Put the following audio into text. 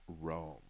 Rome